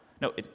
No